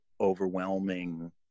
overwhelming